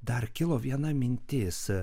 dar kilo viena mintis